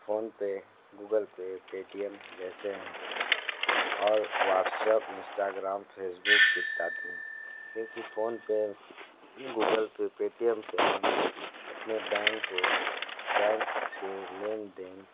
PhonePe Google Pay Paytm जैसे हैं और व्हाट्सएप इंस्टाग्राम फेसबुक इत्यादि हैं क्योंकि फोनपे गूगल पे पेटीएम से अपने बैंक को बैंक से लेन देन